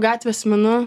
gatvės menu